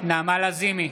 נעמה לזימי,